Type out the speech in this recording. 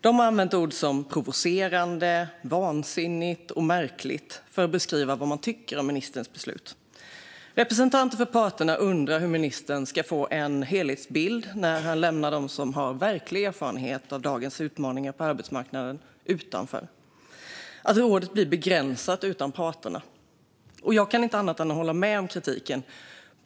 De har använt ord som provocerande, vansinnigt och märkligt för att beskriva vad de tycker om ministerns beslut. Representanter för parterna undrar hur ministern ska få en helhetsbild när han lämnar dem som har verklig erfarenhet av dagens utmaningar på arbetsmarknaden utanför. Rådet blir begränsat utan parterna. Jag kan inte annat än att hålla med om kritiken.